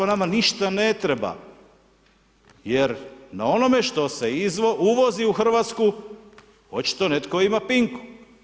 Nama ništa ne treba, jer na onome što se uvozi u Hrvatsku očito netko ima pinku.